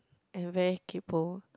and very kaypoh